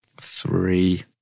three